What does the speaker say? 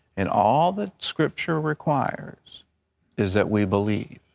and all the scripture requires is that we believe.